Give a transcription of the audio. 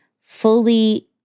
fully